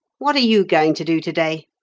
what are you going to do to-day?